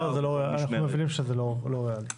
אנחנו מבינים שזה לא ריאלי.